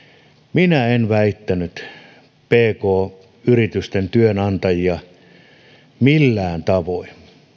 minä en väittänyt pk yritysten työnantajia millään tavoin